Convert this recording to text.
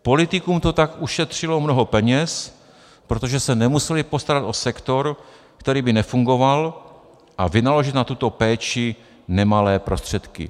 Politikům to tak ušetřilo mnoho peněz, protože se nemuseli postarat o sektor, který by nefungoval, a vynaložit na tuto péči nemalé prostředky.